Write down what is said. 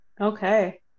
Okay